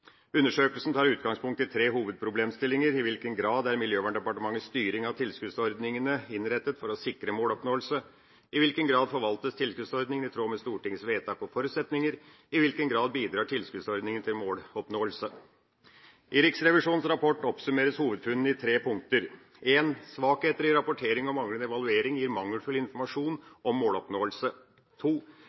Undersøkelsen tar utgangspunkt i tre hovedproblemstillinger: I hvilken grad er Miljøverndepartementets styring av tilskuddsordningene innrettet for å sikre måloppnåelse? I hvilken grad forvaltes tilskuddsordningene i tråd med Stortingets vedtak og forutsetninger? I hvilken grad bidrar tilskuddsordningene til måloppnåelse? I Riksrevisjonens rapport oppsummeres hovedfunnene i tre punkter: – «Svakheter i rapportering og manglende evaluering gir mangelfull informasjon om måloppnåelse.